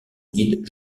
guide